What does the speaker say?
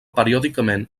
periòdicament